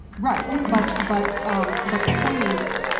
right but but but the point is.